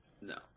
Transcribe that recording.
No